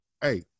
Hey